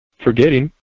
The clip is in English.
forgetting